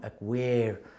aware